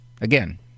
Again